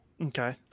Okay